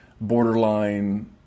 borderline